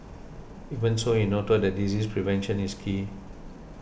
even so he noted that disease prevention is key